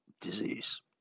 disease